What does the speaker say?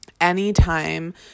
anytime